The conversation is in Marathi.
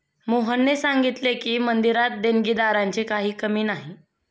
मोहनने सांगितले की, मंदिरात देणगीदारांची काही कमी नाही